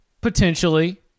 Potentially